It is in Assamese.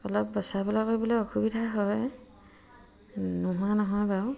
অলপ বচাবলৈ কৰিবলৈ অসুবিধা হয় নোহোৱা নহয় বাৰু